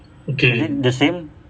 the same